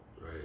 Right